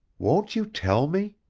won't you tell me?